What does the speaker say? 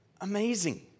Amazing